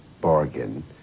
bargain